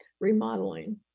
remodeling